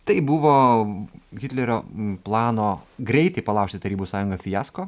tai buvo hitlerio plano greitai palaužti tarybų sąjungą fiasko